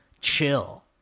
chill